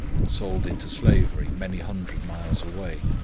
and sold into slavery many hundred miles away.